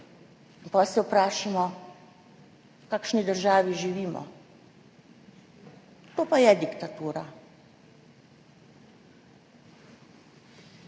se vprašajmo, v kakšni državi živimo. To pa je diktatura.